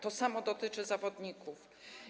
To samo dotyczy zawodników.